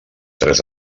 tres